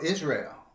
Israel